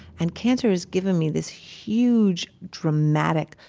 and cancer has given me this huge, dramatic,